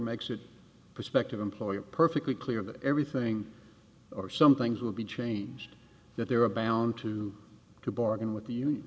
makes it a prospective employer perfectly clear that everything or some things will be changed that there are bound to to bargain with